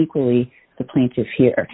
equally the plaintiffs here